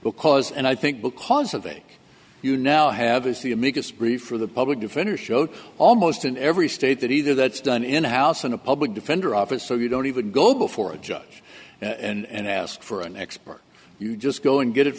because and i think because of a you now have is the amicus brief for the public defender show almost in every state that either that's done in house in a public defender office so you don't even go before a judge and ask for an expert you just go and get it